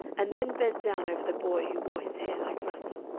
and then bent down over the boy who wore his hair like russell.